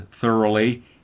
thoroughly